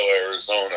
Arizona